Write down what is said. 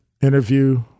interview